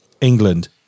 England